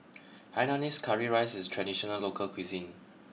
Hainanese Curry Rice is traditional local cuisine